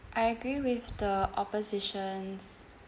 I agree with the opposition's